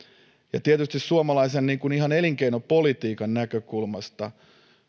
tietysti ihan suomalaisen elinkeinopolitiikan näkökulmasta